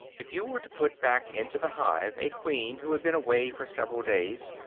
if you were to put back into the hive a queen who had been away for several days,